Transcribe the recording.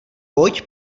pojď